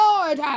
Lord